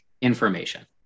information